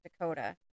Dakota